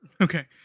Okay